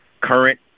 current